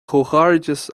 comhghairdeas